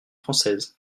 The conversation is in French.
française